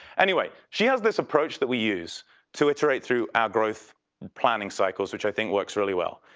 anyway, she has this approach that we use to iterate through our growth planning cycles, which i think works really well.